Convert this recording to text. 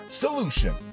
Solution